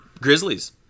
Grizzlies